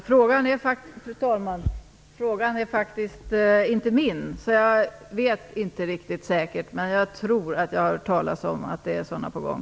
Fru talman! Frågan tillhör inte mitt område, så jag vet inte riktigt säkert, men jag tror att jag har hört talas om att det är sådana på gång.